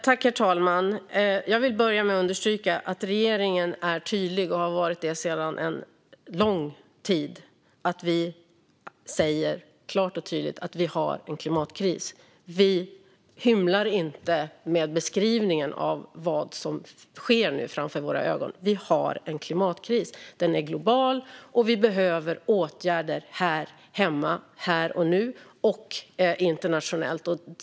Herr talman! Jag vill börja med att understryka att regeringen är tydlig och har så varit sedan en lång tid. Vi säger klart och tydligt att vi har en klimatkris. Vi hymlar inte med beskrivningen av vad som sker framför våra ögon. Vi har en klimatkris. Den är global, och vi behöver åtgärder här och nu, hemma och internationellt.